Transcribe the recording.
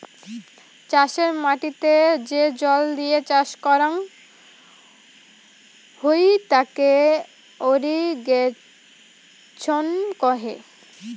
চাষের মাটিতে যে জল দিয়ে চাষ করং হউ তাকে ইরিগেশন কহে